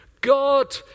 God